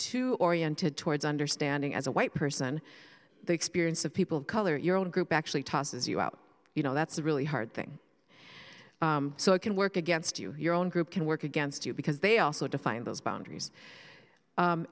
too oriented towards understanding as a white person the experience of people of color your own group actually tosses you out you know that's a really hard thing so it can work against you your own group can work against you because they also define those boundaries